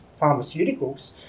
pharmaceuticals